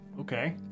Okay